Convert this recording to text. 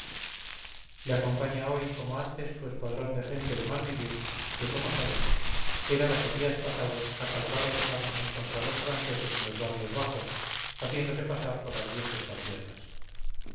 le acompaña hoy como antes su escuadrón de gente de mal vivir que como sabes era la que días pasados acaloraba los ánimos contra los franceses en los barrios bajos haciéndose pasar por ardientes patriotas